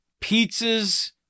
pizzas